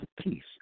peace